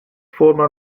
former